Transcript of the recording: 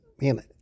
man